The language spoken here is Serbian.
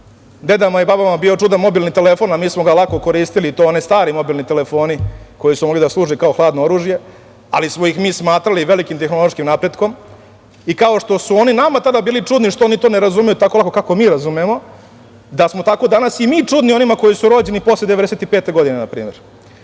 dedama i babama bio čudan mobilni telefon, a mi smo ga lako koristili, i to oni stari mobilni telefoni koji su mogli da služe kao hladno oružje, ali smo ih mi smatrali velikim tehnološkim napretkom, i kao što su oni nama tada bili čudni što oni to ne razumeju tako lako kako mi razumemo, da smo tako danas i mi čudni onima koji su rođeni posle 1995. godine, na primer,